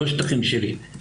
לא שטחים שלי,